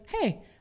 Hey